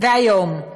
והיום,